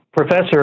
Professor